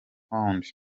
fund